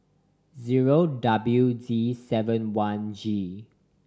zero W D seven one G